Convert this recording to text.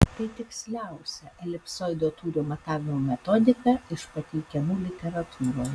tai tiksliausia elipsoido tūrio matavimo metodika iš pateikiamų literatūroje